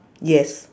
yes